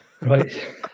right